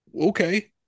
Okay